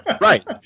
Right